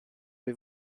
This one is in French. les